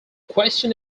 question